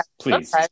please